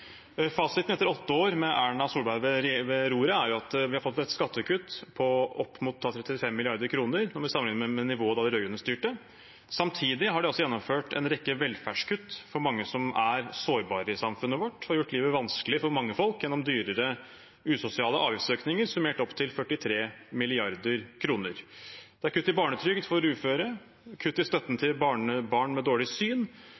Fasiten etter åtte år med Erna Solberg ved roret er at vi har fått et skattekutt på opp mot 35 mrd. kr, om vi sammenligner med nivået da de rød-grønne styrte. Samtidig har de altså gjennomført en rekke velferdskutt for mange som er sårbare i samfunnet vårt, og har gjort livet vanskelig for mange folk gjennom dyrere, usosiale avgiftsøkninger summert opp til 43 mrd. kr. Det er kutt i barnetrygden for uføre, kutt i støtten til barn med dårlig syn